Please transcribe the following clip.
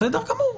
בסדר גמור.